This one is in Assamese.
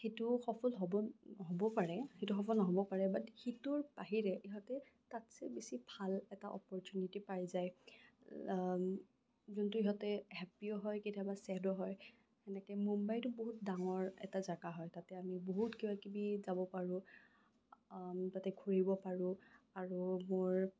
সেইটো সফল হ'ব হ'ব পাৰে সেইটো সফল নহ'ব পাৰে বাট সিটোৰ বাহিৰে ইহঁতে তাতকে বেছি ভাল এটা অপৰ্চুনিটি পাই যায় যোনটো সিহঁতে হেপ্পীও হয় কেতিয়াবা চেডো হয় তেনেকে মুম্বাইটো বহুত ডাঙৰ এটা জেগা হয় তাতে আমি বহুত কিবা কিবিত যাব পাৰোঁ তাতে ঘূৰিব পাৰোঁ আৰু মোৰ